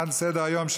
יש מציאות,